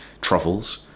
truffles